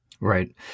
Right